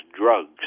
drugs